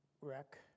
wreck